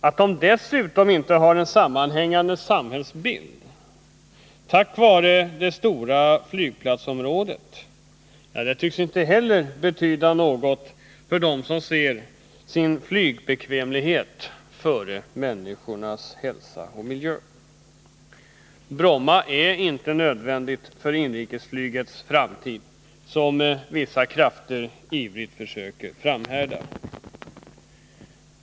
Att de dessutom inte har en sammanhängande samhällsbild på grund av det stora flygplatsområdet tycks inte heller betyda något för dem som sätter sin flygbekvämlighet före människors hälsa och miljö. Bromma är inte nödvändigt för inrikesflygets framtid, som vissa krafter ivrigt försöker framhärda.